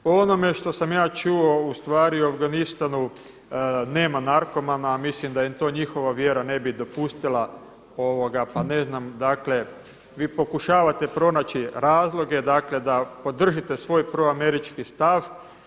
Po onome što sam ja čuo u stvari u Afganistanu nema narkomana, a mislim da im to njihova vjera ne bi dopustila, pa ne znam, dakle vi pokušavate pronaći razloge, dakle da podržite svoj proamerički stav.